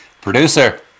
Producer